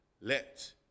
let